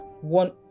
one